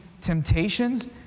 temptations